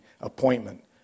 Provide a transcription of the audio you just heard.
appointment